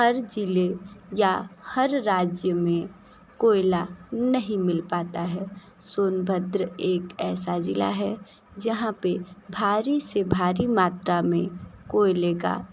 हर ज़िले या हर राज्य में कोयला नहीं मिल पाता है सोनभद्र एक ऐसा ज़िला है जहां पे भारी से भारी मात्रा में कोयले का